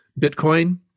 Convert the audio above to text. Bitcoin